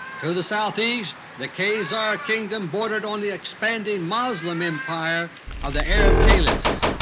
to the southeast, the khazar kingdom bordered on the expanding moslem empire of the arab caliphs.